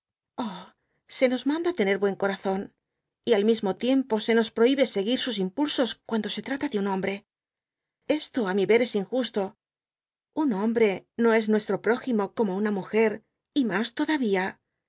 se nos jnanda tener buen corazón y al mismo tiempo se nos prohibe seguir sus impulsos cuando se trata á un hombre esto á mi ver es injusto ün hombre no es nuestro próximo como una múger y mas todavía